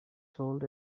told